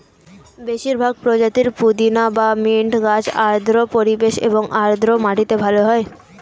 বেশিরভাগ প্রজাতির পুদিনা বা মিন্ট গাছ আর্দ্র পরিবেশ এবং আর্দ্র মাটিতে ভালো হয়